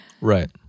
Right